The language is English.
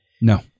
No